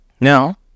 Now